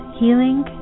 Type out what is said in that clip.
healing